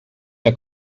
der